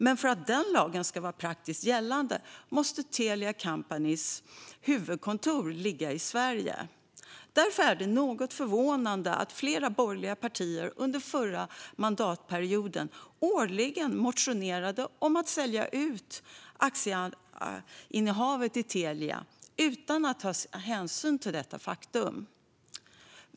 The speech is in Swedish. Men för att den lagen ska vara praktiskt gällande måste Telia Companys huvudkontor ligga i Sverige. Därför är det något förvånande att flera borgerliga partier under förra mandatperioden årligen motionerade om att sälja ut aktieinnehavet i Telia utan att ta hänsyn till detta faktum.